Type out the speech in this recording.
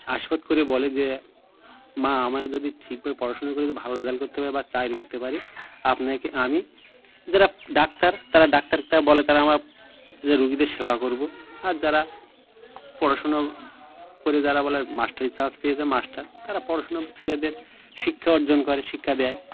আশীর্বাদ করে বলে যে মা আমরা যদি ঠিক ভাবে পড়াশোনা করে যদি ভালো রেজাল্ট করতে পারি বা চাকরি করতে পারি আপনাকে আমি যারা ডাক্তার তারা ডাক্তারকে বলে তারা আমরা রোগীদের সেবা করব আর যারা পড়াশোনা করে যারা বলে মাস্টারি চান্স পেয়েছে মাস্টার তারা পড়াশোনার ছেলেদের শিক্ষা অর্জন করে শিক্ষা দেয়